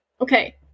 okay